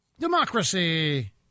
Democracy